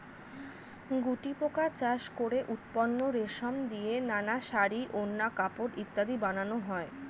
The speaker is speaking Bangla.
গুটিপোকা চাষ করে উৎপন্ন রেশম দিয়ে নানা শাড়ী, ওড়না, কাপড় ইত্যাদি বানানো হয়